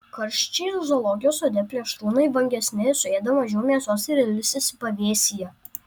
karščiai zoologijos sode plėšrūnai vangesni suėda mažiau mėsos ir ilsisi pavėsyje